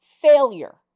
failure